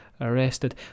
arrested